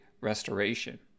restoration